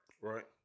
Right